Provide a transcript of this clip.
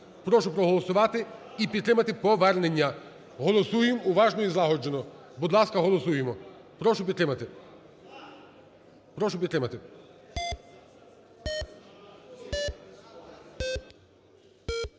Прошу проголосувати і підтримати повернення. Голосуємо уважно і злагоджено. Будь ласка, голосуємо. Прошу підтримати.